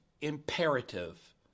imperative